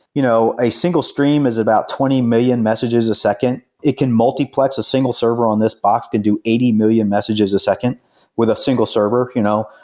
you know a single stream is about twenty million messages a second, it can multiplex a single server on this box, it can do eighty million messages a second with a single server. you know